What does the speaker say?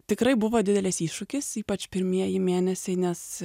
tikrai buvo didelis iššūkis ypač pirmieji mėnesiai nes